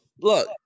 Look